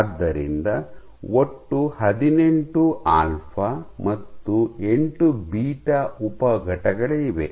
ಆದ್ದರಿಂದ ಒಟ್ಟು ಹದಿನೆಂಟು ಆಲ್ಫಾ ಮತ್ತು ಎಂಟು ಬೀಟಾ ಉಪ ಘಟಕಗಳಿವೆ